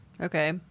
okay